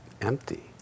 empty